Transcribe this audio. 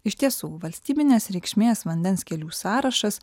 iš tiesų valstybinės reikšmės vandens kelių sąrašas